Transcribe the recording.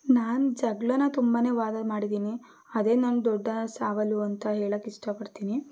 ನಾನು ಜಗಳಾನ ತುಂಬಾ ವಾದ ಮಾಡಿದ್ದೀನಿ ಅದೇ ನನ್ನ ದೊಡ್ಡ ಸವಾಲು ಅಂತ ಹೇಳಕ್ಕೆ ಇಷ್ಟಪಡ್ತೀನಿ